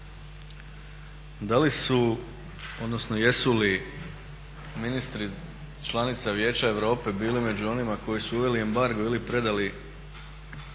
Da li su, odnosno jesu li ministri članica Vijeća Europe bili među onima koji su uveli embargo ili predali osobe